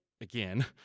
Again